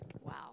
Wow